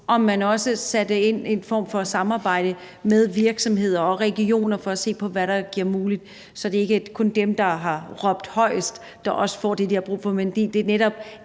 at man også satte ind med en form for samarbejde med virksomheder og regioner for at se på, hvad der er muligt, så det ikke kun er dem, der har råbt højest, der får det, de har brug for, men